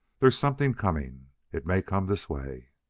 there's something coming it may come this way!